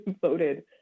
voted